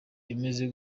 imeze